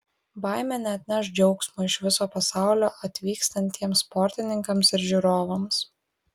baimė neatneš džiaugsmo iš viso pasaulio atvykstantiems sportininkams ir žiūrovams